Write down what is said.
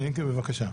כן, בבקשה.